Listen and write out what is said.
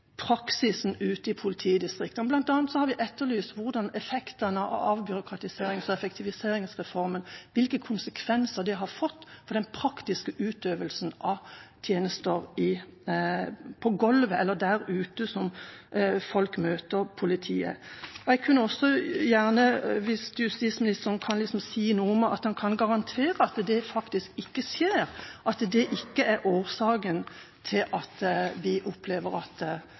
praksisen ute i politidistriktene. Blant annet har vi etterlyst hvordan effektene av avbyråkratiserings- og effektiviseringsreformen har vært, hvilke konsekvenser det har fått for den praktiske utøvelsen av tjenester på golvet, eller der ute hvor folk møter politiet. Jeg skulle også gjerne høre justisministeren si hvorvidt han kan garantere at det faktisk ikke skjer, at det ikke er årsaken til at vi opplever at